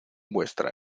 vuestra